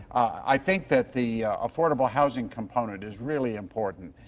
i think that the affordable housing component is really important.